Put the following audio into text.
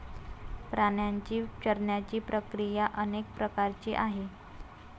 प्राण्यांची चरण्याची प्रक्रिया अनेक प्रकारची आहे